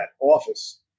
office